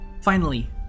Finally